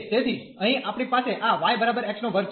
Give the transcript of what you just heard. તેથી અહીં આપણી પાસે આ y બરાબર x2 છે